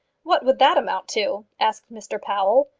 what would that amount to? asked mr powell.